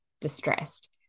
distressed